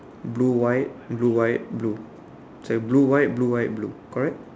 blue white blue white blue so blue white blue white blue correct